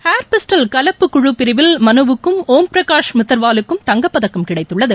ஏர் pistol கலப்பு குழு பிரிவில் மனு வுக்கும் ஓம் பிரகாஷ் மித்தர்வால் லுக்கும் தங்கப் பதக்கம் கிடைத்துள்ளது